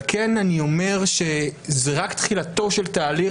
על כן אני אומר שזה רק תחילתו של תהליך.